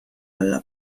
alla